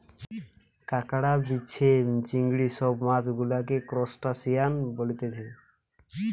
কাঁকড়া, বিছে, চিংড়ি সব মাছ গুলাকে ত্রুসটাসিয়ান বলতিছে